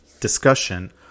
discussion